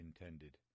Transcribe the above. intended